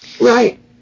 Right